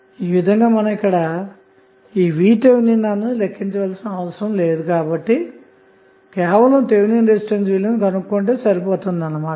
ఈ విధంగా మనం ఇక్కడVThలెక్కించాల్సిన అవసరం లేదు కాబట్టి థెవినిన్ రెసిస్టెన్స్ విలువను కనుగొంటే సరిపోతుంది అన్న మాట